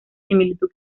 similitud